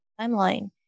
timeline